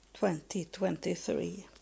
2023